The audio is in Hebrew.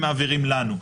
הם מעבירים לנו,